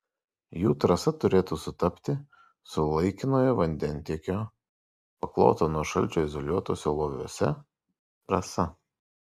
jų trasa turėtų sutapti su laikinojo vandentiekio pakloto nuo šalčio izoliuotuose loviuose trasa